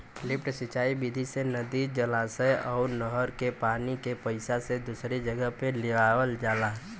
lift सिंचाई विधि से नदी, जलाशय अउर नहर के पानी के पाईप से दूसरी जगह पे लियावल जाला